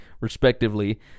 respectively